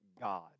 God